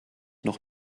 noch